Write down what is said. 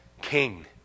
king